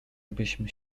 gdybyśmy